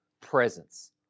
presence